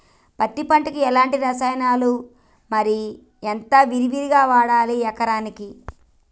పత్తి పంటకు ఎలాంటి రసాయనాలు మరి ఎంత విరివిగా వాడాలి ఎకరాకి?